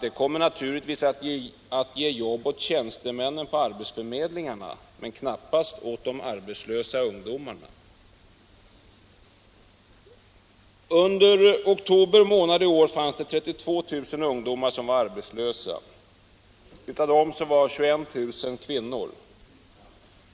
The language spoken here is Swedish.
Det kommer naturligtvis att ge jobb åt tjänstemännen på ar betsförmedlingarna men knappast åt de arbetslösa ungdomarna. - Nr 47 Under oktober månad i år var 32 000 ungdomar arbetslösa. Av dessa Torsdagen den var 21000 kvinnor.